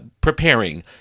preparing